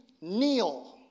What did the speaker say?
kneel